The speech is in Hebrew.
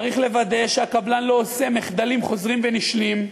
צריך לוודא שהקבלן לא עושה מחדלים חוזרים ונשנים.